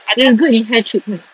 but they are good in hair treatment